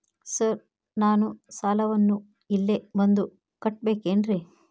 Sir ನಾನು ಸಾಲವನ್ನು ಇಲ್ಲೇ ಬಂದು ಕಟ್ಟಬೇಕೇನ್ರಿ?